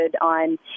on